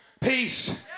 peace